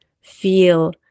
feel